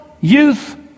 youth